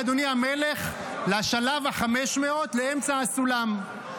אדוני המלך, לשלב ה-500, לאמצע הסולם.